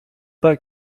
pas